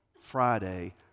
Friday